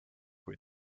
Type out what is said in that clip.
kui